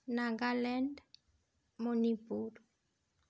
Nagaland Munipur